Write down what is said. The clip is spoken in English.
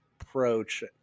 approach